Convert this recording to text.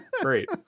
Great